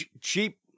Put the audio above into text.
cheap